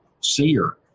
seer